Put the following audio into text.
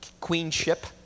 queenship